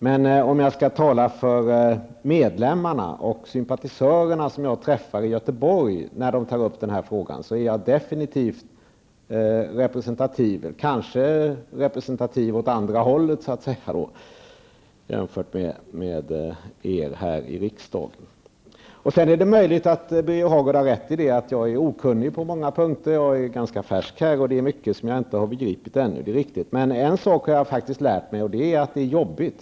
Men om jag skall tala för medlemmarna och sympatisörerna som jag träffar i Göteborg, när de tar upp den här frågan, är jag definitivt representativ, kanske representativ åt andra hållet så att säga, jämfört med er här i riksdagen. Sedan är det möjligt att Birger Hagård har rätt i att jag är okunnig på många punkter. Jag är ganska färsk här, och det är mycket som jag inte har begripit ännu. Men en sak har jag lärt mig, och det är att det är jobbigt.